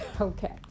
okay